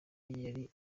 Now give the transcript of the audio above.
yari